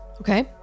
Okay